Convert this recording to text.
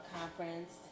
conference